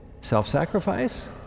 self-sacrifice